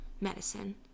medicine